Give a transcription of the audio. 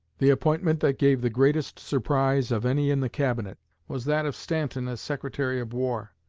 the appointment that gave the greatest surprise of any in the cabinet was that of stanton as secretary of war.